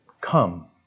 come